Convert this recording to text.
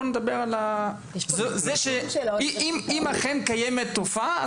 בוא נדבר על זה שאם אכן קיימת תופעה,